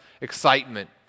excitement